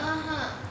ah ha